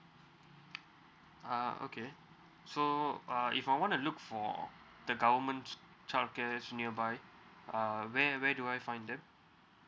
uh okay so uh if I want to look for the government childcare nearby um where where do I find that